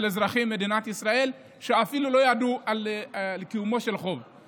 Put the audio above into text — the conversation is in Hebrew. אזרחי מדינת ישראל שאפילו לא ידעו על קיומו של חוב.